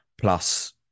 plus